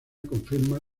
confirma